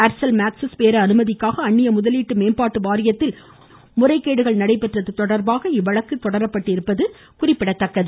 ஏர் செல் Maxis பேர அனுமதிக்காக அந்நிய முதலீட்டு மேம்பாட்டு வாரியத்தில் முறைகேடுகள் நடைபெற்றது தொடர்பாக இவ்வழக்கு தொடரப்பட்டுள்ளது குறிப்பிடத்தக்கது